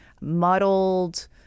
muddled